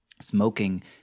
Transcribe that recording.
smoking